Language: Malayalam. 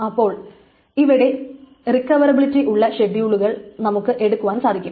അപ്പോൾ അവിടെ റിക്കവറബിലിറ്റിയുള്ള ഷെഡ്യൂളുകൾ നമുക്ക് എടുക്കുവാൻ സാധിക്കും